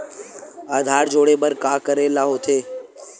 आधार जोड़े बर का करे ला होथे?